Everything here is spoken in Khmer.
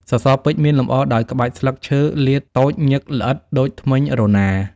សសរពេជ្រ មានលម្អដោយក្បាច់ស្លឹកឈើលាតតូចញឹកល្អិតដូចធ្មេញរណារ។